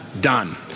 Done